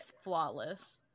flawless